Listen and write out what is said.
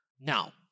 Now